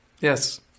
Yes